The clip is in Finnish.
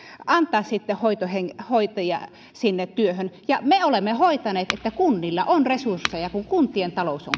antaa hoitajia sinne työhön me olemme hoitaneet että kunnilla on resursseja kun kuntien talous on